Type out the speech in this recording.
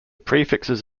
prefixes